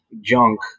junk